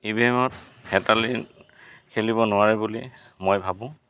ই ভি এমত হেতালি খেলিব নোৱাৰে বুলি মই ভাবোঁ